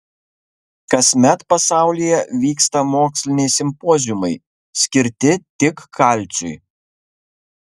kasmet pasaulyje vyksta moksliniai simpoziumai skirti tik kalciui